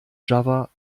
java